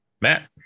matt